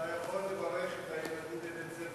אתה יכול לברך את הילדים מבית-הספר